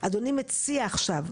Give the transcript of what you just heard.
אדוני מציע עכשיו,